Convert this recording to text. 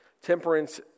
Temperance